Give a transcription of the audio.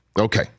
Okay